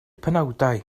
penawdau